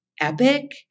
epic